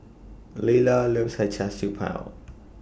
Leila loves He Char Siew Bao